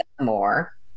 More